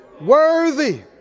worthy